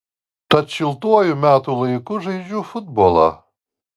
tad šiltuoju metų laiku žaidžiu futbolą